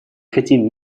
хотим